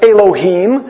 Elohim